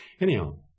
Anyhow